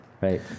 Right